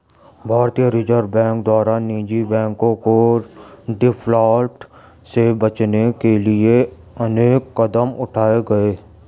भारतीय reserve bank द्वारा निजी बैंकों को डिफॉल्ट से बचाने के लिए अनेक कदम उठाए गए